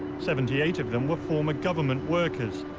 seventy eight of them were former government workers.